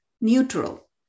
neutral